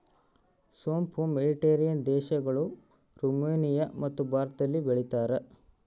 ಸೋಂಪು ಮೆಡಿಟೇರಿಯನ್ ದೇಶಗಳು, ರುಮೇನಿಯಮತ್ತು ಭಾರತದಲ್ಲಿ ಬೆಳೀತಾರ